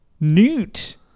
newt